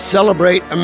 Celebrate